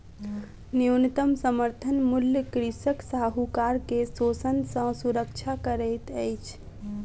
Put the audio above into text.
न्यूनतम समर्थन मूल्य कृषक साहूकार के शोषण सॅ सुरक्षा करैत अछि